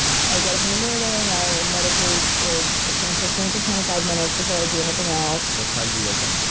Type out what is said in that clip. i get up in the morning. i meditate for between fifteen to twenty five minutes before i do anything else. what time do you wake up,